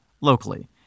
locally